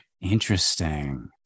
Interesting